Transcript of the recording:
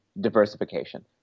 diversification